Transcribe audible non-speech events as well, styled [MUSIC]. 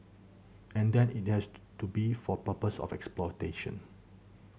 and then it has to be for the purpose of exploitation [NOISE]